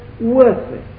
worthless